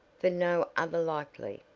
for no other likely,